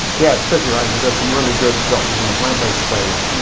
yeah, it's tricky, right, cause there's some really good doctors in the plant-based space,